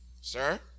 Sir